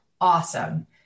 awesome